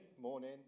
morning